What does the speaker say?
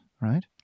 right